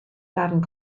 darn